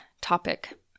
topic